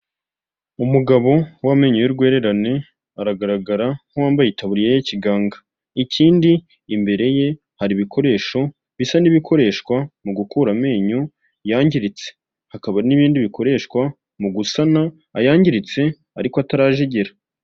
Umugabo w'amenyo y'urwererane aragaragara nk'uwambaye itaburiye y'ikiganga, ikindi imbere ye hari ibikoresho bisa n'ibikoreshwa mu gukura amenyo yangiritse, hakaba n'ibindi bikoreshwa mu gusana ayangiritse ariko atarajegera.